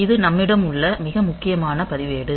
இது நம்மிடம் உள்ள மிக முக்கியமான பதிவேடு